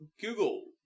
Google